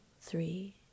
three